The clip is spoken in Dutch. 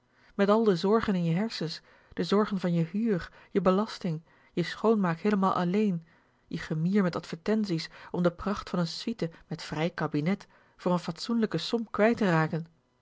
met al de zorgen in je hersens de zorgen van je huur je belasting je schoonmaak heelemaal alleen je gemier met advertenties om de pracht van n suite met vrij kabinet voor n fatsoenlijke som kwijt te raken